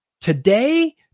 today